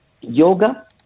yoga